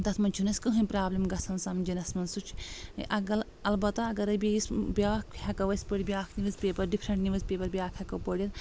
تتھ منٛز چھُنہٕ اسہِ کٕہیٖنۍ پرابلم گژھان سمجھِنس منٛز سُہ چھ اگر البتہ اگر أسۍ بیٚیِس بیٛاکھ ہٮ۪کو أسۍ پٔرِتھ بیٛاکھ newspaper different newspaper بیٛاکھ ہٮ۪کو پٔرِتھ